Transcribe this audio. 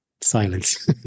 Silence